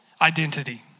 identity